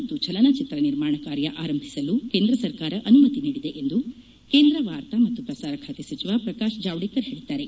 ಮತ್ತು ಚಲನಚಿತ್ರ ನಿರ್ಮಾಣ ಕಾರ್ಯ ಆರಂಭಿಸಲು ಕೇಂದ್ರ ಸರ್ಕಾರ ಅನುಮತಿ ನೀಡಿದೆ ಎಂದು ಕೇಂದ್ರ ವಾರ್ತಾ ಮತ್ತು ಪ್ರಸಾರ ಖಾತೆ ಸಚಿವ ಪ್ರಕಾಶ್ ಜಾವಡೇಕರ್ ಹೇಳಿದ್ದಾರೆ